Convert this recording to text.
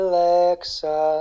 Alexa